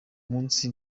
munsi